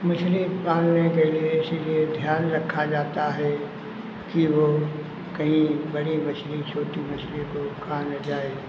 मछली पालने के लिए इसीलिए ध्यान रखा जाता है कि वो कहीं बड़ी मछली छोटी मछली को खा न जाए